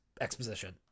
exposition